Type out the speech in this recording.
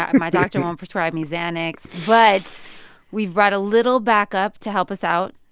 ah and my doctor won't prescribe me xanax. but we've brought a little backup to help us out,